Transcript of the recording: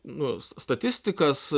nu statistikas